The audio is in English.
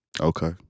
Okay